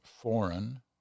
foreign